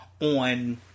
on